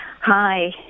Hi